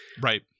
Right